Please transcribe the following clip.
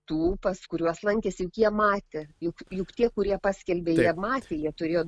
tų pas kuriuos lankėsi juk jie matė juk juk tie kurie paskelbė matė jie turėjo